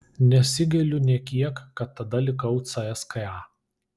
nesigailiu nė kiek kad tada likau cska